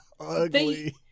ugly